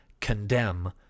condemn